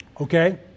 Okay